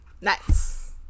Nice